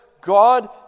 God